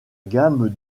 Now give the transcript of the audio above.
gamme